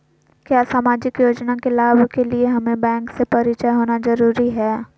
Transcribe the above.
क्या सामाजिक योजना के लाभ के लिए हमें बैंक से परिचय होना जरूरी है?